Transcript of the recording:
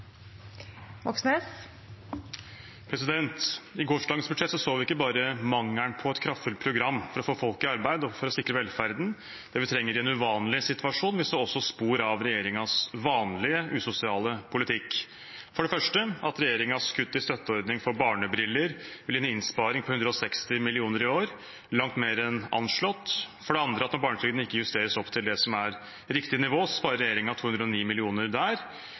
I gårsdagens budsjett så vi ikke bare mangelen på et kraftfullt program for å få folk i arbeid og for å sikre velferden, det vi trenger i en uvanlig situasjon, vi så også spor av regjeringens vanlige usosiale politikk. For det første at regjeringens kutt i støtteordning for barnebriller vil gi en innsparing på 160 mill. kr i år, langt mer enn anslått, for det andre at når barnetrygden ikke justeres opp til det som er riktig nivå, sparer regjeringen 209 mill. kr der.